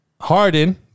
Harden